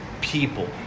people